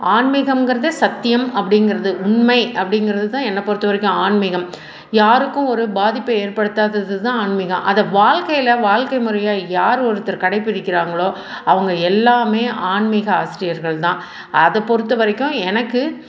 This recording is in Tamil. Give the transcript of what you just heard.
ஆன்மீகங்குறதே சத்தியம் அப்படிங்கிறது உண்மை அப்படிங்கிறதுதான் என்ன பொருத்தவரைக்கும் ஆன்மீகம் யாருக்கும் ஒரு பாதிப்பு ஏற்படுத்தாதது தான் ஆன்மீகம் அதை வாழ்கையில் வாழ்கை முறையில் யார் ஒருத்தர் கடைபிடிக்கிறாங்களோ அவங்க எல்லாமே ஆன்மீக ஆசிரியர்கள் தான் எனக்கு அதை பொருத்தவரைக்கும் எனக்கு